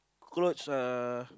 clothes uh